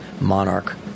monarch